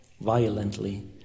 violently